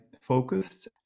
focused